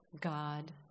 god